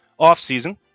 offseason